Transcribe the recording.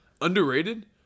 Underrated